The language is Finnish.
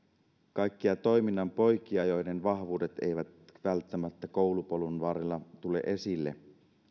kaikkia toiminnan poikia joiden vahvuudet eivät välttämättä koulupolun varrella tule esille